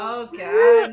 okay